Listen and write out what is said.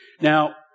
Now